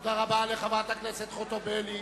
תודה רבה לחברת הכנסת חוטובלי.